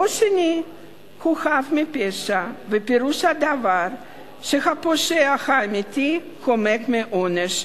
או שהוא חף מפשע ופירוש הדבר שהפושע האמיתי חומק מעונש,